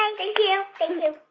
um thank you thank you